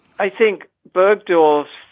i think bergdahls.